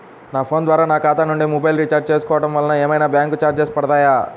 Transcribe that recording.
నా ఫోన్ ద్వారా నా ఖాతా నుండి మొబైల్ రీఛార్జ్ చేసుకోవటం వలన ఏమైనా బ్యాంకు చార్జెస్ పడతాయా?